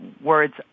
words